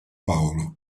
paolo